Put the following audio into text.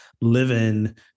living